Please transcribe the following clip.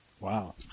Wow